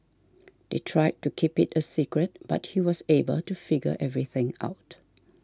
they tried to keep it a secret but he was able to figure everything out